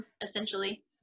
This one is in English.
essentially